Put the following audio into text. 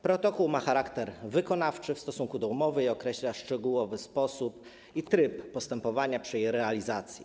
Protokół ma charakter wykonawczy w stosunku do umowy i określa szczegółowy sposób i tryb postępowania przy jej realizacji.